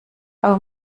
aber